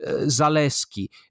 Zaleski